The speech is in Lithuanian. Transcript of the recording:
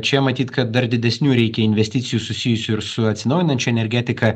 čia matyt kad dar didesnių reikia investicijų susijusių ir su atsinaujinančia energetika